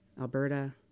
Alberta